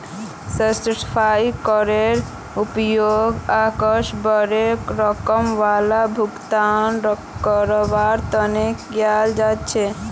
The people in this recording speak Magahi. सर्टीफाइड चेकेर उपयोग अक्सर बोडो रकम वाला भुगतानक करवार तने कियाल जा छे